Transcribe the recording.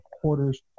quarters